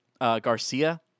Garcia